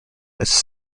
his